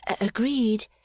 agreed